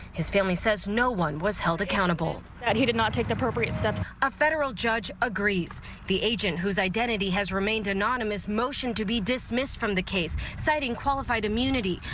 his family says no one was held accountable and he did not take appropriate steps a federal judge agrees the agent whose identity has remained anonymous motion to be dismissed from the case citing qualified immunity.